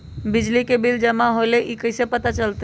बिजली के बिल जमा होईल ई कैसे पता चलतै?